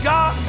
God